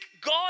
God